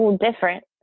different